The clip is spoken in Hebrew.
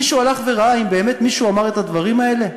מישהו הלך וראה אם באמת מישהו אמר את הדברים האלה?